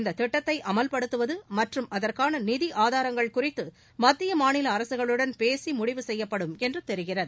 இந்த திட்டத்தை அமல்படுத்துவது மற்றும் அதற்கான நிதி ஆதாரங்கள் குறித்து மத்திய மாநில அரசுகளுடன் பேசி முடிவு செய்யப்படும் என்று தெரிகிறது